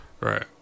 Right